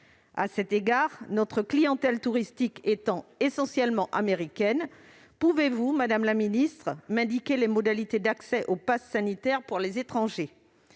À cet égard, notre clientèle touristique étant essentiellement américaine, pouvez-vous, madame la ministre, m'indiquer les modalités d'application du passe sanitaire pour les étrangers ?